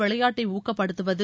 விளையாட்டை ஊக்கப்படுத்துவது